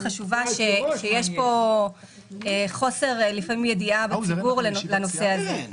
כאשר יש לעתים חוסר ידיעה בציבור על הנושא הזה.